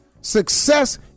Success